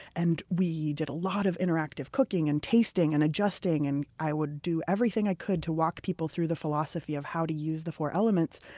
and we did a lot of interactive cooking, and tasting and adjusting. and i would do everything i could to walk people through the philosophy of how to use the four elements.